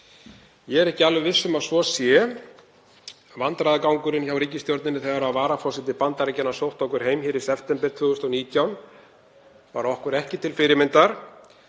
Ég er ekki alveg viss um að svo sé. Vandræðagangurinn hjá ríkisstjórninni þegar varaforseti Bandaríkjanna sótti okkur heim í september 2019 var ekki til fyrirmyndar.